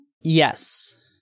Yes